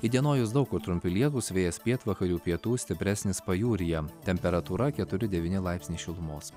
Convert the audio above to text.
įdienojus daug kur trumpi lietūs vėjas pietvakarių pietų stipresnis pajūryje temperatūra keturi devyni laipsniai šilumos